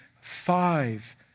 five